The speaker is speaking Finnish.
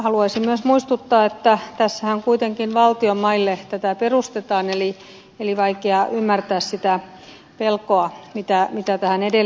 haluaisin myös muistuttaa että tässähän kuitenkin valtion maille tätä perustetaan eli on vaikea ymmärtää sitä pelkoa mitä tähän edelleen liittyy